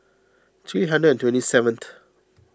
three hundred and twenty seventh